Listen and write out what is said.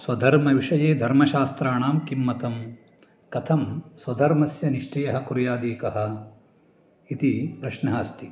स्वधर्मविषये धर्मशास्त्राणां किं मतं कथं स्वधर्मस्य निश्चयः कुर्यादेकः इति प्रश्नः अस्ति